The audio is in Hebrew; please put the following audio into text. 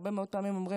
הרבה מאוד פעמים אומרים,